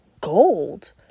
gold